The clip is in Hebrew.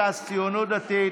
ש"ס וציונות דתית.